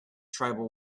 tribal